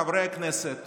חברי כנסת